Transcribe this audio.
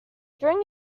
during